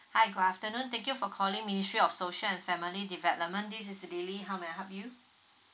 hi good afternoon thank you for calling ministry of social and family development this is lily how may I help you